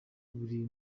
buri